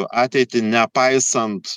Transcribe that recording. ateitį nepaisant